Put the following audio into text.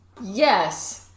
Yes